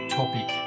topic